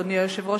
אדוני היושב-ראש,